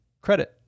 credit